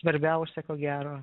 svarbiausia ko gero